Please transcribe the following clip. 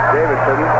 Davidson